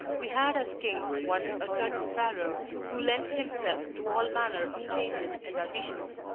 we had as king once a certain pharaoh, who lent himself to all manner of changes and additions.